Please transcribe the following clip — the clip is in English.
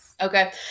Okay